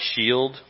shield